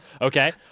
Okay